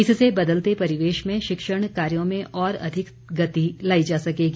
इससे बदलते परिवेश में शिक्षण कार्यों में और अधिक गति लाई जा सकेगी